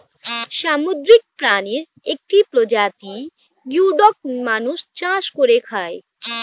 সামুদ্রিক প্রাণীর একটি প্রজাতি গিওডক মানুষ চাষ করে খায়